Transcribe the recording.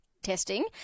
testing